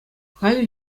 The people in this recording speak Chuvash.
халӗ